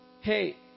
hey